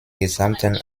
gesamten